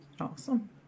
Awesome